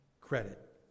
credit